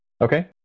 okay